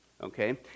okay